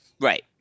right